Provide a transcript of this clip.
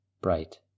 bright